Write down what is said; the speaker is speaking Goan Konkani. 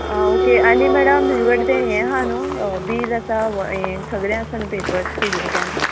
आं ओके आनी मॅडम तुजे कडेन तें हें आहा न्हू बील आसा हें सगलें आसा न्हू पेपर्स दिल्लें तें आमी